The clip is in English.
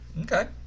Okay